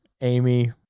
Amy